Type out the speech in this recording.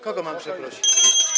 Kogo mam przeprosić?